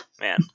Man